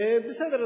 בסדר,